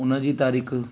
उनजी तारीख़